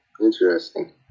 Interesting